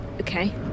Okay